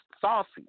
saucy